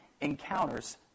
encounters